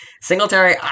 Singletary